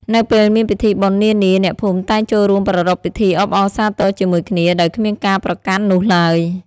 នៅពេលមានពិធីបុណ្យនានា អ្នកភូមិតែងចូលរួមប្រារព្ធពិធីអបអរសាទរជាមួយគ្នា ដោយគ្មានការប្រកាន់នោះឡើយ។